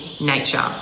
nature